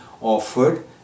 offered